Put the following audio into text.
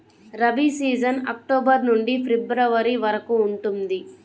rabi season October నుండి February వరకు ఉంటుంది